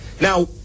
Now